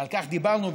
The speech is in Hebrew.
ועל כך דיברנו,